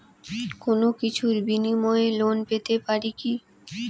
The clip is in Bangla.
কোনো কিছুর বিনিময়ে লোন পেতে পারি কি?